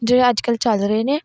ਜਿਹੜੇ ਅੱਜ ਕੱਲ੍ਹ ਚੱਲ ਰਹੇ ਨੇ